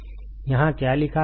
यहाँ क्या लिखा है